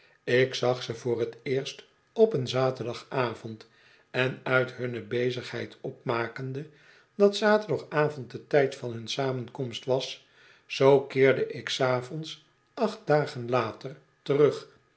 ik zag ze voor t eerst op een zaterdagavond en uit hunne bezigheid opmakende dat zaterdagavond de tijd van hun samenkomst was zoo keerde ik s avonds acht dagen later terug